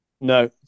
No